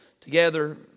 together